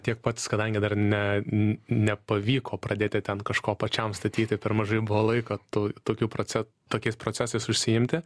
tiek pats kadangi dar ne n nepavyko pradėti ten kažko pačiam statyti per mažai buvo laiko tu tokių proce tokiais procesais užsiimti